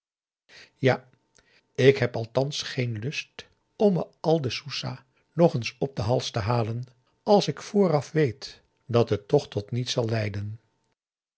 ja ik heb althans geen lust om me al de s o e s a h nog eens op den hals te halen als ik vooraf weet dat het toch tot niets zal leiden